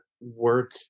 work